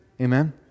Amen